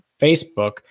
Facebook